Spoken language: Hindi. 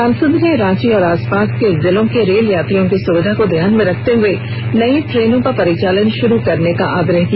सांसद ने रांची और आसपास के जिलों के रेल यात्रियों की सुविधा को ध्यान में रखते हुए नयी ट्रेनों का परिचालन शुरू करने का आग्रह किया